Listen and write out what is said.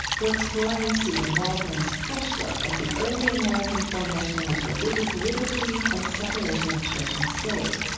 we're exploring steven waldman's fresh look at the early american formation of religious liberty and separation of church and state